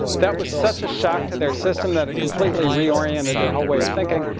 that was such a shock to their system that it completely reoriented their whole way of thinking.